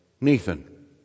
Nathan